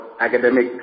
academic